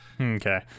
Okay